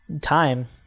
time